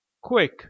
quick